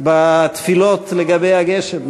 בתפילות לגבי הגשם.